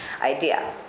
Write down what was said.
idea